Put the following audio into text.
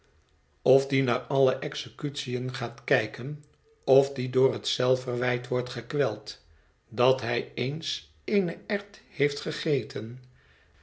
of die naar alle executiën gaat kijken of die door het zelfverwijt wordt gekweld dat hij ééns eene erwt heeft gegeten